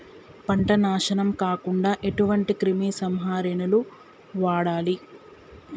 పంట నాశనం కాకుండా ఎటువంటి క్రిమి సంహారిణిలు వాడాలి?